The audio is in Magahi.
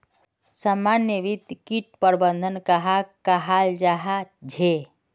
समन्वित किट प्रबंधन कहाक कहाल जाहा झे?